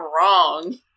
wrong